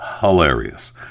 hilarious